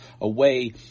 away